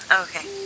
Okay